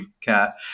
cat